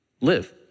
live